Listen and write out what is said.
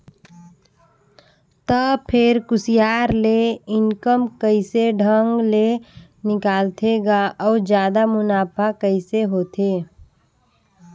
त फेर कुसियार ले इनकम कइसे ढंग ले निकालथे गा अउ जादा मुनाफा कइसे होथे